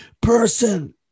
person